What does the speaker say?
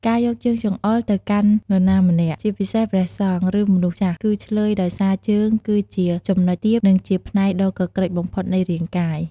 ការយកជើងចង្អុលទៅកាន់នរណាម្នាក់ ជាពិសេសព្រះសង្ឃ ឬ មនុស្សចាស់ គឺឈ្លើយ ដោយសារជើងគឺជាចំណុចទាប និងជាផ្នែកដ៏គគ្រិចបំផុតនៃរាងកាយ។